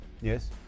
Yes